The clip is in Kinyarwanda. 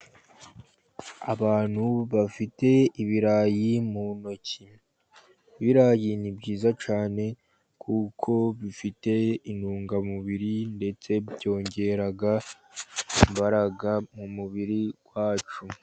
Abantu bafite ibirayi mu ntoki. Ibirayi ni byiza cyane kuko bifite intungamubiri ndetse byongera imbaraga mu mubiri wacu.